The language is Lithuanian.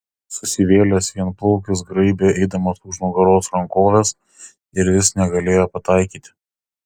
susivėlęs vienplaukis graibė eidamas už nugaros rankoves ir vis negalėjo pataikyti